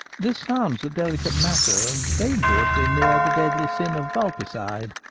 this sounds a deli cate matter, and dangerously near the deadly sin of vulpecide.